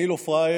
אני לא פראייר,